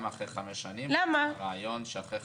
אנחנו חתמנו על הסכם, שבו אנחנו צריכים בתום חמש